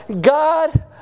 God